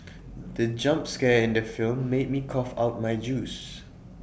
the jump scare in the film made me cough out my juice